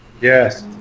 Yes